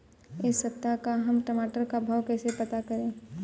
इस सप्ताह का हम टमाटर का भाव कैसे पता करें?